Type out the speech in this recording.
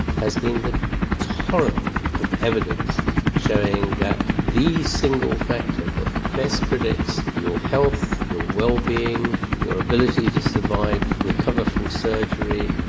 has been the torrent of evidence showing that the single factor that are best predicts your health, your well-being, your ability to survive, recover from surgery,